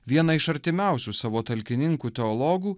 vieną iš artimiausių savo talkininkų teologų